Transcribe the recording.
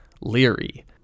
Leary